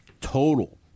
total